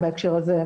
בהקשר הזה,